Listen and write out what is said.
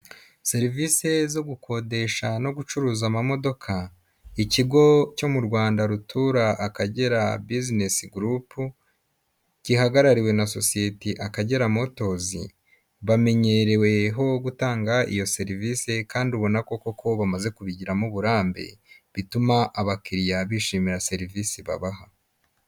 Serivisi zo gukodesha no gucuruza amamodoka, ikigo cyo mu Rwanda rutura Akagera Business Group gihagarariwe na sosiyete Akagera Motos bamenyereweho gutanga iyo serivisi; kandi ubona ko koko bamaze kubigiramo uburambe, bituma abakiriya bishimira serivisi babaha.